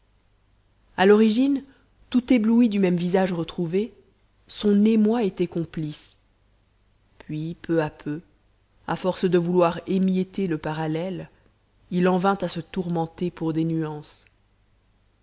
à l'origine tout ébloui du même visage retrouvé son émoi était complice puis peu à peu à force de vouloir émietter le parallèle il en vint à se tourmenter pour des nuances